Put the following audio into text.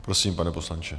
Prosím, pane poslanče.